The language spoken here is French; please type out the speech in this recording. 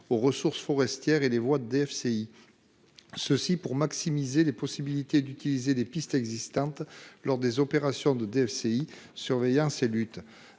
aux ressources forestières et les voies DFCI. Ceci pour maximiser les possibilités d'utiliser des pistes existantes lors des opérations de DFCI, surveillance et luttes